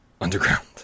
underground